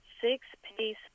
six-piece